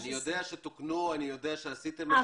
אני יודע שתוקנו, אני יודע שעשיתם את זה.